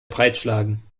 breitschlagen